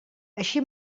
així